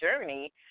Journey